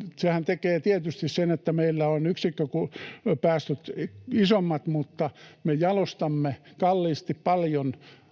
että sehän tekee tietysti sen, että meillä ovat yksikköpäästöt isommat, mutta me jalostamme kalliisti paljon